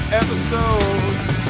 episodes